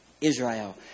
Israel